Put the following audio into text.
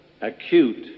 acute